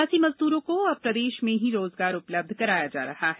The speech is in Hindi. प्रवासी मजदूरों को अब प्रदेश में ही रोजगार उपलब्ध कराया जा रहा है